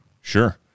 sure